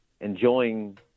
enjoying